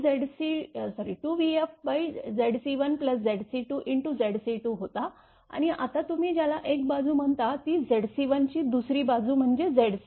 Zc2 होता आणि आता तुम्ही ज्याला एक बाजू म्हणता ती Zc1 ची दुसरी बाजू म्हणजे Zc2